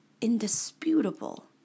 indisputable